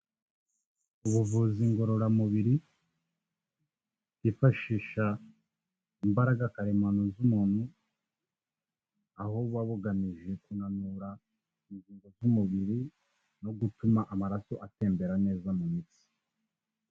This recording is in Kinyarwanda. Ubuvuzi ngororamubiri bwifashisha imbaraga karemano z'umuntu, aho buba bugamije kunanura ingingo z'umubiri no gutuma amaraso atembera neza mu mitsi.